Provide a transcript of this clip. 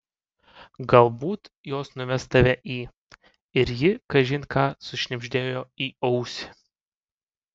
galbūt jos nuves tave į ir ji kažin ką sušnibždėjo į ausį